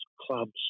clubs